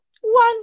One